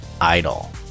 Idol